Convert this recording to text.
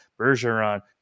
Bergeron